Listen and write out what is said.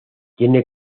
tiene